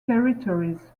territories